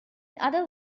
other